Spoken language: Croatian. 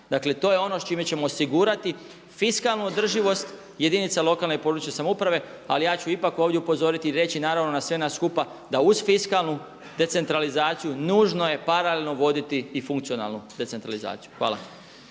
Dakle to je ono s čime ćemo osigurati fiskalnu održivost jedinica lokalne i područne samouprave ali ja ću ipak ovdje upozoriti i reći naravno na sve nas skupa da uz fiskalnu decentralizaciju nužno je paralelno voditi i funkcionalnu decentralizaciju. Hvala.